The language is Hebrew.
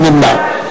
מי נמנע?